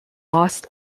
lost